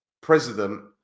president